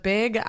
Big